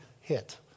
hit